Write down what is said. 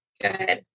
good